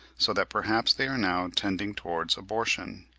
so that perhaps they are now tending towards abortion.